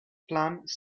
plans